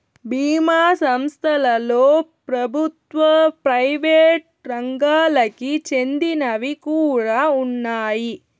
బీమా సంస్థలలో ప్రభుత్వ, ప్రైవేట్ రంగాలకి చెందినవి కూడా ఉన్నాయి